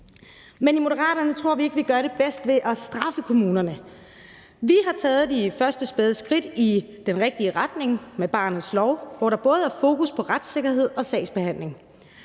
Men i Moderaterne tror vi ikke, at vi gør det bedst ved at straffe kommunerne. Vi har taget de første spæde skridt i den rigtige retning med barnets lov, hvor der er fokus på både retssikkerhed og sagsbehandling.